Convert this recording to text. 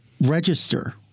register